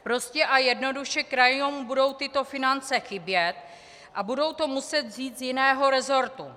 Prostě a jednoduše krajům budou tyto finance chybět a budou to muset vzít z jiného resortu.